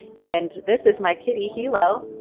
and this is my kitty, helo!